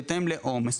בהתאם לעומס.